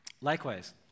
Likewise